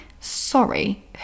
sorry